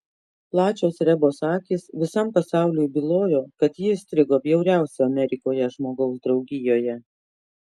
plačios rebos akys visam pasauliui bylojo kad ji įstrigo bjauriausio amerikoje žmogaus draugijoje